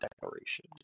declaration